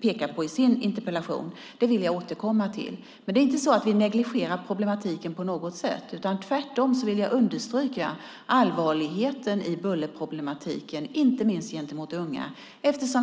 pekar på i sin interpellation, vill jag återkomma till. Men det är inte så att vi på något sätt negligerar problematiken, utan jag vill tvärtom understryka allvaret i bullerproblematiken, inte minst gentemot unga.